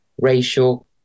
racial